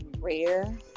rare